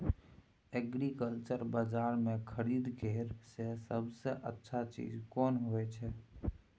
Agriculture बाजार में खरीद करे से सबसे अच्छा चीज कोन होय छै?